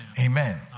Amen